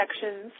sections